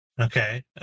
Okay